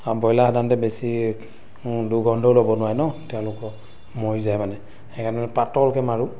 আৰু ব্ৰইলাৰ সাধাৰণতে বেছি দুৰ্গন্ধ ল'ব নোৱাৰে ন তেওঁলোকক মৰি যায় মানে সেইকাৰণে পাতলকৈ মাৰোঁ